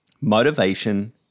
Motivation